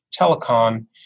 telecom